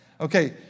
Okay